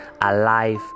alive